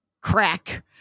crack